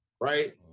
right